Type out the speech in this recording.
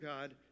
God